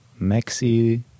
Maxi